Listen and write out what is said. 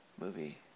movie